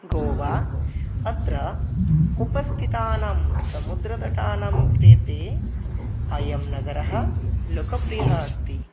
गोवा अत्र उपस्थितानां समुद्रतटानां कृते अयं नगरं लोकप्रियम् अस्ति